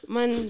Man